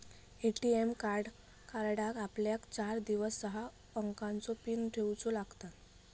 ATM कार्डाक आपल्याक चार किंवा सहा अंकाचो पीन ठेऊचो लागता